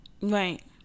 Right